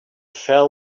fell